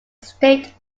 state